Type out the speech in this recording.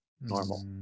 normal